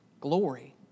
Glory